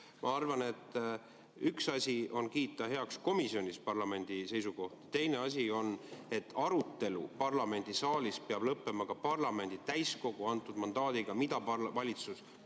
Ma arvan, et üks asi on kiita heaks komisjonis parlamendi seisukoht, teine asi on, et arutelu parlamendisaalis peab lõppema parlamendi täiskogu antud mandaadiga, mida valitsus